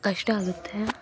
ಕಷ್ಟ ಆಗುತ್ತೆ